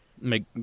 make